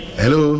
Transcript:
hello